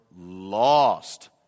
lost